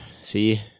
See